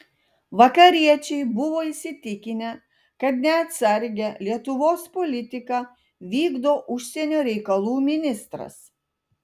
vakariečiai buvo įsitikinę kad neatsargią lietuvos politiką vykdo užsienio reikalų ministras